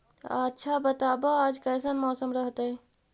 आच्छा बताब आज कैसन मौसम रहतैय?